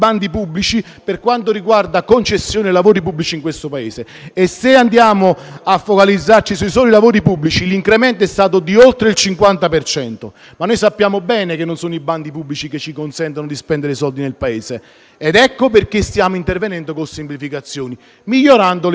per quanto riguarda la concessione di lavori pubblici in questo Paese. E se andiamo a focalizzarci sui soli lavori pubblici, l'incremento è stato di oltre il 50 per cento. Ma noi sappiamo bene che non sono i bandi pubblici che ci consentono di spendere soldi nel Paese. Ecco perché stiamo intervenendo con il decreto semplificazioni, migliorandolo in sede di conversione.